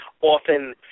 often